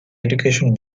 education